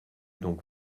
donc